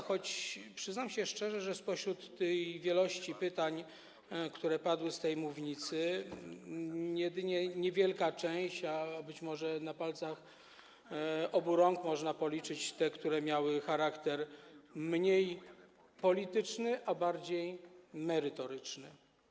Choć przyznam się szczerze, że spośród tej wielości pytań, które padły z tej mównicy, niewielka część, a być może na palcach obu rąk można to policzyć, miała charakter mniej polityczny, a bardziej merytoryczny.